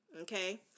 okay